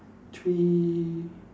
three